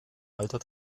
alter